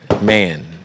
man